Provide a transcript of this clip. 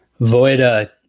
Voida